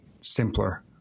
simpler